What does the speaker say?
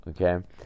okay